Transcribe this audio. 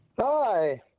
Hi